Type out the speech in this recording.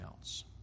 else